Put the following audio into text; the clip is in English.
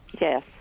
Yes